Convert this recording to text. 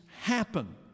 happen